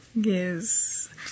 Yes